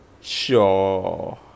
Sure